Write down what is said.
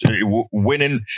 winning